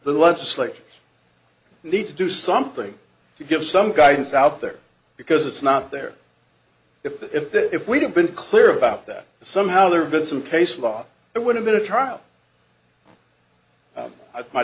the legislature need to do something to give some guidance out there because it's not there if the if the if we don't been clear about that somehow there have been some case law it would have been a trial